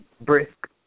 brisk